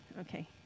okay